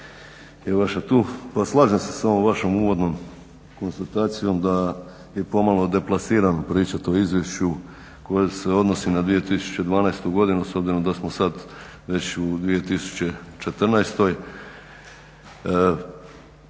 je vaša tu. Pa slažem se s ovom vašom uvodnom konstatacijom da je pomalo deplasirano pričati o izvješću koje se odnosi na 2012. godinu s obzirom da smo sad već u 2014. Kad